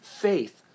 faith